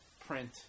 print